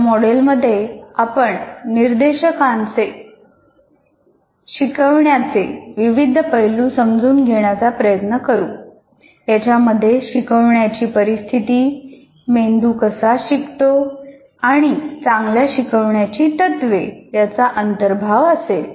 या मॉडेलमध्ये आपण निर्देशांकाचे विविध पैलू समजून घेण्याचा प्रयत्न करू याच्यामध्ये शिकवण्याची परिस्थिती मेंदू कसा शिकतो आणि चांगल्या शिकण्याची तत्वे यांचा अंतर्भाव असेल